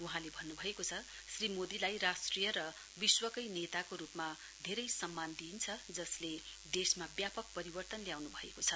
वहाँले भन्नुभएको छ श्री मोदीलाई राष्ट्रीय र विश्वकै नेताका रूपमा धेरै सम्मान दिइन्छ जसले देशमा व्यापक परिवर्तन ल्याउनु भएको छ